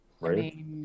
right